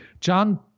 John